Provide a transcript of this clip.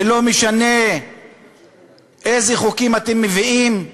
ולא משנה איזה חוקים אתם מביאים?